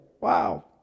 wow